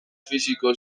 fisiko